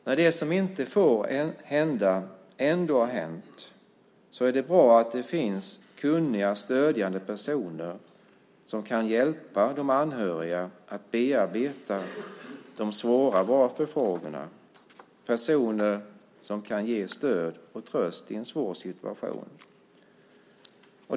När det som inte får hända ändå har hänt är det bra att det finns kunniga och stödjande personer som kan hjälpa de anhöriga att bearbeta de svåra varförfrågorna. Det är viktigt att det finns personer som kan ge stöd och tröst i en svår situation.